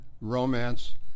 romance